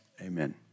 Amen